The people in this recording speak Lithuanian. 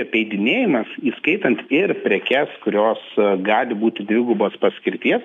apeidinėjimas įskaitant ir prekes kurios gali būti dvigubos paskirties